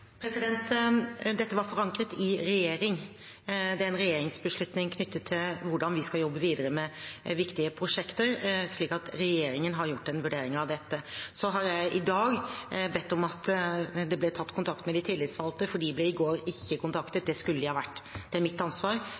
Dette var forankret i regjering. Det er en regjeringsbeslutning knyttet til hvordan vi skal jobbe videre med viktige prosjekter, slik at regjeringen har gjort en vurdering av dette. Så har jeg i dag bedt om at det blir tatt kontakt med de tillitsvalgte, for de ble i går ikke kontaktet. Det skulle de ha blitt. Det er mitt ansvar.